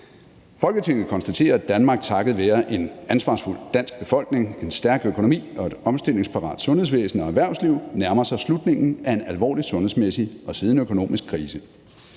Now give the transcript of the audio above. »Folketinget konstaterer, at Danmark takket være en ansvarsfuld dansk befolkning, en stærk økonomi og et omstillingsparat sundhedsvæsen og erhvervsliv nærmer sig slutningen af en alvorlig sundhedsmæssig og siden økonomisk krise.